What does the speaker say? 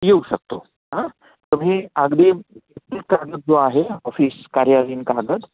येऊ शकतो हां तुम्ही अगदी कागद जो आहे ऑफिस कार्यालयीन कागद